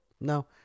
no